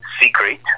secret